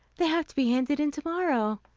they have to be handed in tomorrow.